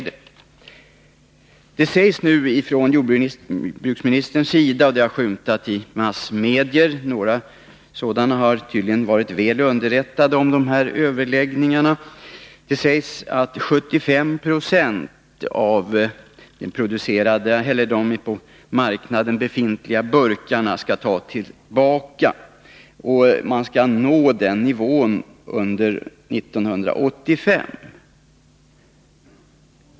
Det sägs nu av jordbruksministern, och detta har också framskymtat i massmedia — några sådana har tydligen varit väl underrättade om överläggningarna — att 75 90 av de på marknaden befintliga burkarna skall tas tillbaka och att den nivån skall nås under 1985.